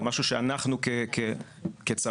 זה משהו שאנחנו כצבא,